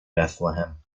bethlehem